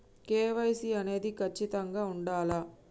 KYC అనేది ఖచ్చితంగా ఉండాలా?